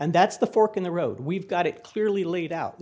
and that's the fork in the road we've got it clearly laid out there